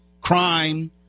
crime